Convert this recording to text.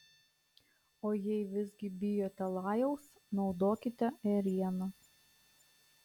o jei visgi bijote lajaus naudokite ėrieną